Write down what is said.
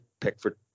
Pickford